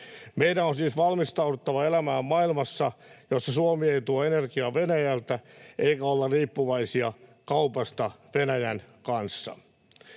Meidän on siis valmistauduttava elämään maailmassa, jossa Suomi ei tuo energiaa Venäjältä eikä olla riippuvaisia kaupasta Venäjän kanssa.